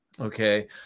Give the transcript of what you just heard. Okay